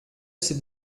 ces